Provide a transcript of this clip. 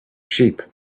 sheep